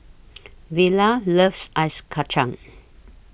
Vella loves Ice Kacang